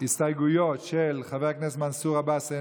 יש הסתייגויות של חבר הכנסת מנסור עבאס,